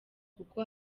kuko